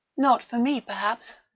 not for me, perhaps,